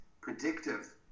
predictive